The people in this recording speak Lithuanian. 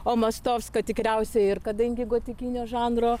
o mostovska tikriausiai ir kadangi gotikinio žanro